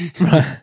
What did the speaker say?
Right